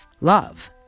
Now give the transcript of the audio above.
love